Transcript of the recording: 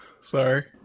Sorry